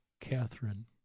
Catherine